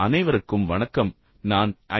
அனைவருக்கும் வணக்கம் நான் ஐ